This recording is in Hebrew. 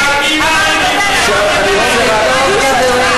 ה-D-9 לא ממך?